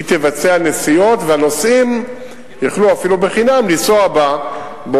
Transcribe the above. והנוסעים יוכלו לנסוע בה אפילו בחינם